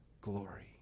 glory